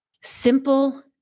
Simple